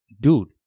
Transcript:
dude